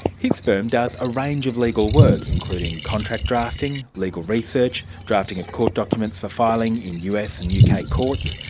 his firm does a range of legal work, including contract drafting, legal research, drafting of court documents for filing in us and yeah uk courts,